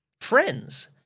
friends